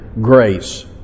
grace